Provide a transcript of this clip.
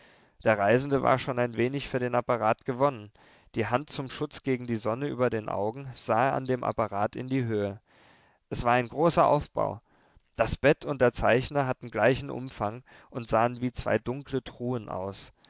der reisende war schon ein wenig für den apparat gewonnen die hand zum schutz gegen die sonne über den augen sah er an dem apparat in die höhe es war ein großer aufbau das bett und der zeichner hatten gleichen umfang und sahen wie zwei dunkle truhen aus